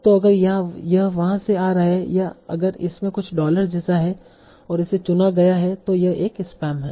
तो अगर यह वहाँ से आ रहा है या अगर इसमें कुछ डॉलर जैसा है और इसे चुना गया है तो यह एक स्पैम है